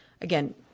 Again